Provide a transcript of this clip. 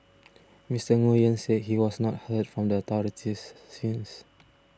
Mister Nguyen said he has not heard from the authorities since